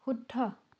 শুদ্ধ